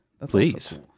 Please